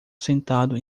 sentado